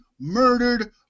murdered